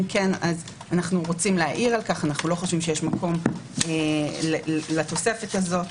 אם כן אנו רואים להעיר על כך אנו לא חושבים שיש מקום לתוספת הזו.